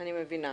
אני מבינה.